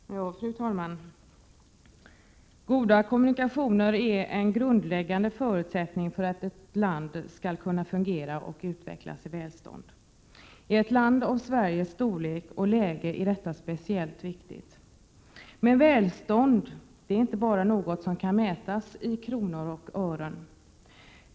Fru talman! Goda kommunikationer är en grundläggande förutsättning för att ett land skall kunna fungera och utvecklas i välstånd. I ett land av Sveriges storlek och läge är detta speciellt viktigt. Men välstånd är inte bara vad som kan mätas i kronor och ören.